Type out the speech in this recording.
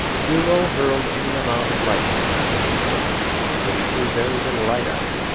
hugo hurled any amount of lightning on louis napoleon but he threw very little light on him.